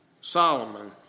Solomon